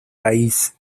país